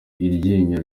iryinyo